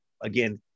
again